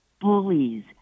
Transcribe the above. bullies